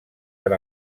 per